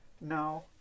No